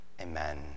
Amen